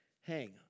hang